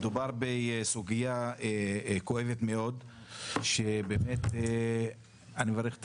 מדובר בסוגיה כואבת מאוד שבאמת אני מברך את